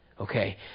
okay